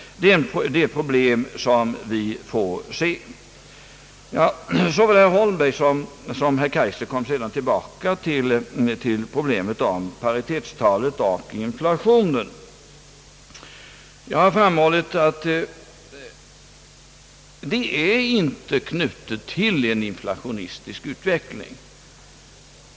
Såväl herr Holmberg som herr Kaijser kom sedan tillbaka till problemet om paritetstalet och inflationen. Jag har framhållit att förslaget inie är knutet till en inflationistisk utveckling.